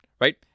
right